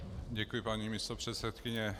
Děkuji, paní místopředsedkyně.